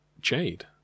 Jade